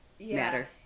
matter